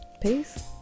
Peace